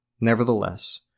Nevertheless